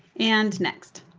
and next.